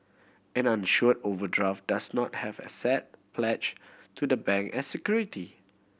an unsure overdraft does not have asset pledge to the bank as security